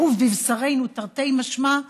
צרוב בבשרנו תרתי משמע,